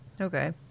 Okay